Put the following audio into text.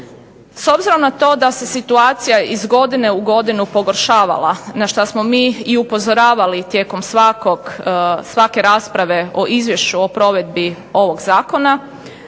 S obzirom na to da se situacija iz godine u godinu pogoršavala, na što smo mi i upozoravali tijekom svake rasprave o izvješću o provedbi ovog zakona,